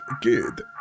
Good